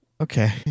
Okay